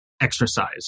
exercise